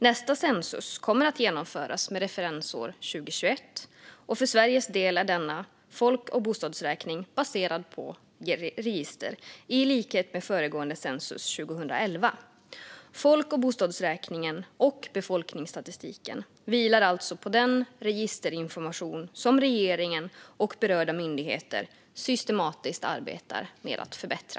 Nästa Census kommer att genomföras med referensåret 2021, och för Sveriges del är denna folk och bostadsräkning baserad på register, i likhet med föregående Census 2011. Folk och bostadsräkningen och befolkningsstatistiken vilar alltså på den registerinformation som regeringen och berörda myndigheter systematiskt arbetar med att förbättra.